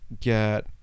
get